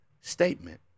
statement